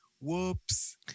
Whoops